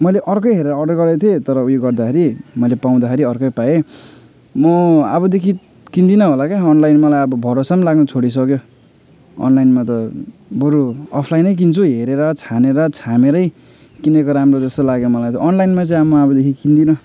मैले अर्कै हेरेर अर्डर गरेको थिएँ तर उयो गर्दाखेरि मैले पाउँदाखेरि अर्कै पाएँ म अबदेखि किन्दिनँ होला क्या अनलाइन मलाई अब भरोसा पनि लाग्नु छोडिसक्यो अनलाइनमा त बरू अफलाइनै किन्छु हेरेर छानेर छामेरै किनेको राम्रो जस्तो लाग्यो मलाई त अनलाइनमा चाहिँ म अबदेखि किन्दिनँ